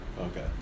okay